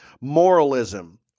moralism